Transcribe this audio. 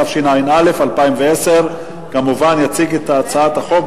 התש"ע 2010. יציג את הצעת החוק,